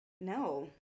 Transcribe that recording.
No